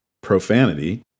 profanity